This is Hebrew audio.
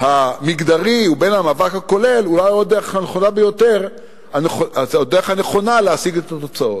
המגדרי ובין המאבק הכולל אולי הוא הדרך הנכונה להשיג את התוצאות.